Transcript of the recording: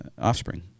offspring